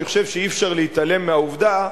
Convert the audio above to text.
אני חושב שאי-אפשר להתעלם מהעובדה,